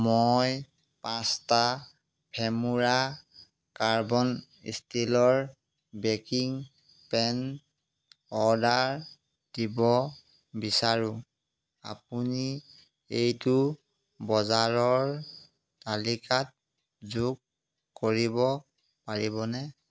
মই পাঁচটা ফেমোৰা কাৰ্বন ষ্টীলৰ বেকিং পেন অৰ্ডাৰ দিব বিচাৰোঁ আপুনি এইটো বজাৰৰ তালিকাত যোগ কৰিব পাৰিবনে